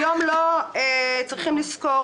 היום צריך לזכור